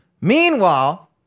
Meanwhile